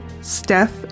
Steph